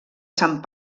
sant